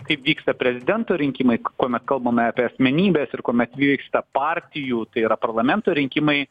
kaip vyksta prezidento rinkimai kuomet kalbame apie asmenybes ir kuomet vyksta partijų tai yra parlamento rinkimai